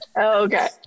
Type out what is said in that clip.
Okay